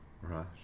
Right